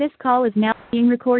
this call is now being recorded